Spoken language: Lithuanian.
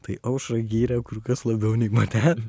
tai aušrą gyrė kur kas labiau nei mane